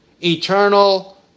Eternal